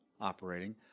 operating